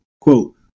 quote